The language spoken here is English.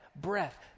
breath